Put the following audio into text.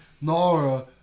Nora